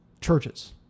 churches